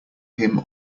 him